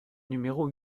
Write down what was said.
numéro